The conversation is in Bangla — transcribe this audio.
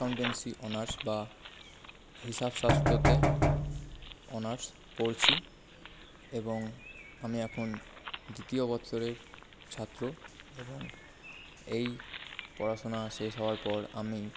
অ্যাকাউন্টেন্সি অনার্স বা হিসাবশাস্ত্রতে অনার্স পড়ছি এবং আমি এখন দ্বিতীয় বৎসরের ছাত্র এবং এই পড়াশোনা শেষ হওয়ার পর আমি